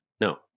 No